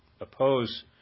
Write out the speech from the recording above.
oppose